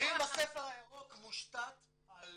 האם הספר הירוק מושתת על